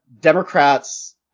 Democrats